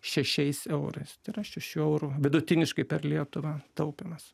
šešiais eurais tai yra šešių eurų vidutiniškai per lietuvą taupymas